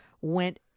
went